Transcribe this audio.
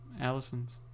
Allison's